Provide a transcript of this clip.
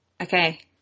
Okay